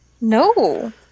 No